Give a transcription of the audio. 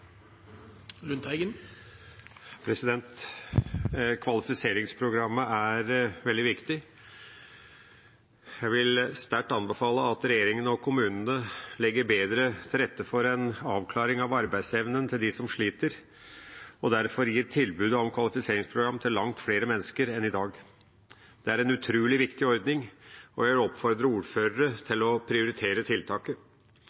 avklaring av arbeidsevnen til dem som sliter, og derfor gir et tilbud om kvalifiseringsprogram til langt flere mennesker enn i dag. Det er en utrolig viktig ordning, og jeg vil oppfordre ordførere